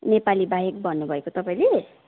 नेपालीबाहेक भन्नु भएको तपाईँले